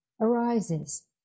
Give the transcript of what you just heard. arises